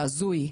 זה הזוי.